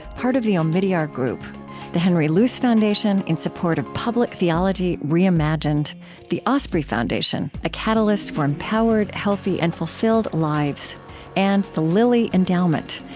part of the omidyar group the henry luce foundation, in support of public theology reimagined the osprey foundation, a catalyst for empowered, healthy, and fulfilled lives and the lilly endowment,